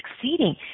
succeeding